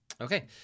Okay